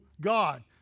God